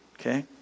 okay